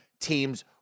teams